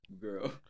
Girl